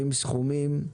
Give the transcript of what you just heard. עם סכומים,